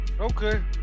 Okay